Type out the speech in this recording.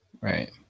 Right